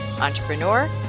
entrepreneur